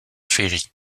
ferry